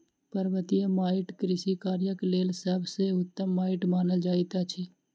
पर्वतीय माइट कृषि कार्यक लेल सभ सॅ उत्तम माइट मानल जाइत अछि